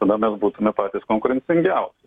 tuomet mes būtume patys konkurencingiausi